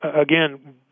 again